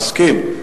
מסכים.